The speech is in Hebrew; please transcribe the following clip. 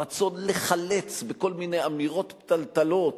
הרצון לחלץ בכל מיני אמירות פתלתלות